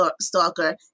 stalker